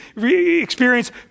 experience